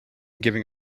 giving